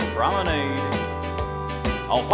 Promenade